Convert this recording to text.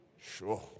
sure